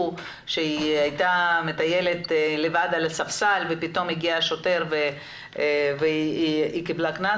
שהיא טיילה לבד וישבה על הספסל ופתאום הגיע שוטר והיא קיבל קנס